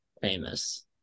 famous